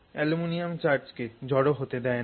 aluminium charge কে জড় হতে দেয় না